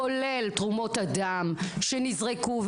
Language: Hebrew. כולל תרומות דם שנזרקו,